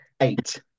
Eight